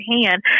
hand